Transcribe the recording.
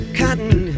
cotton